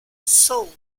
sold